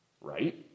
Right